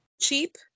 Cheap